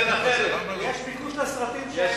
יש ביקוש לסרטים, יש,